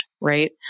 right